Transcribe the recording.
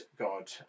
God